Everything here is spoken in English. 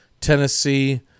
Tennessee